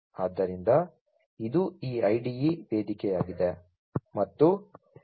ಆದ್ದರಿಂದ ಇದು ಈ IDE ವೇದಿಕೆಯಾಗಿದೆ